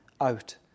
out